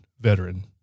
VETERAN